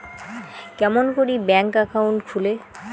কেমন করি bank account খুলে?